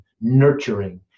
nurturing